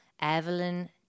Evelyn